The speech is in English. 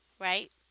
Right